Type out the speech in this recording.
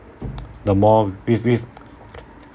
the more with with